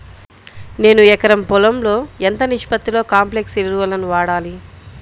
నేను ఎకరం పొలంలో ఎంత నిష్పత్తిలో కాంప్లెక్స్ ఎరువులను వాడాలి?